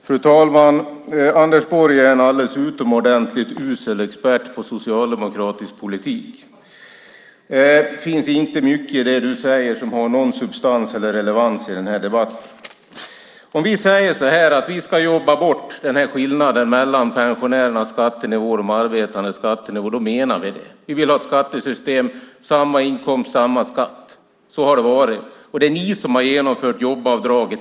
Fru talman! Anders Borg är en alldeles utomordentligt usel expert på socialdemokratisk politik. Det finns inte mycket i det han säger som har någon substans eller relevans i den här debatten. Om vi säger att vi ska jobba bort skillnaden mellan pensionärernas skattenivå och de arbetandes skattenivå menar vi det. Vi vill ha ett skattesystem med samma inkomst - samma skatt. Så har det varit. Det är ni som har genomfört jobbavdraget.